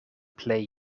plej